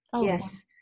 yes